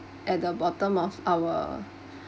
at the bottom of our